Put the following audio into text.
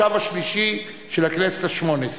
היושב-ראש,